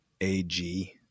AG